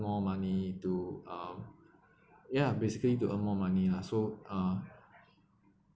more money to um yeah basically to earn more money lah so uh